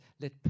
let